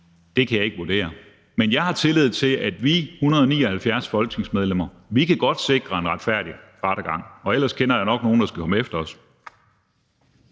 – kan jeg ikke vurdere. Men jeg har tillid til, at vi 179 folketingsmedlemmer godt kan sikre en retfærdig rettergang, og ellers kender jeg nok nogen, der skal komme efter os.